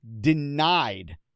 denied